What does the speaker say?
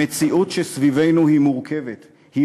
המציאות שסביבנו היא מורכבת, היא